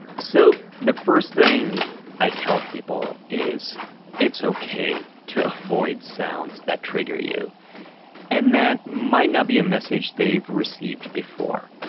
so the first thing i tell people is it's okay to avoid sounds that trigger you and that might not be a message they've received before